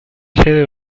sede